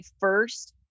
first